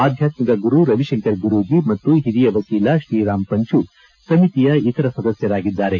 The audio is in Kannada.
ಆಧ್ಯಾತ್ಮಿಕ ಗುರು ರವಿಶಂಕರ ಗುರೂಜಿ ಮತ್ತು ಹಿರಿಯ ವಕೀಲ ಶ್ರೀರಾಮ್ ಪಂಚು ಸಮಿತಿಯ ಇತರ ಸದಸ್ಯರಾಗಿದ್ದಾರೆ